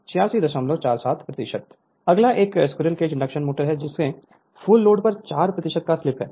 Refer Slide Time 1201 अगला एक squirrel cage induction motor है जिसमें फुल लोड पर 4 की स्लिप है